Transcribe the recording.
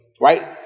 Right